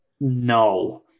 No